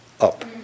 up